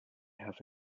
have